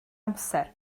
amser